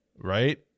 right